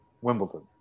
Wimbledon